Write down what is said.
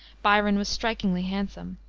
byron was strikingly handsome.